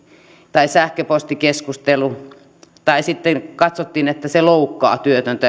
tai sähköpostikeskustelu tai sitten katsottiin että se loukkaa